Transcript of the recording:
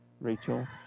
Rachel